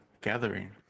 gathering